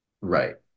right